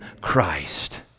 Christ